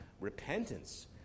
repentance